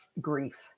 grief